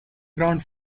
ground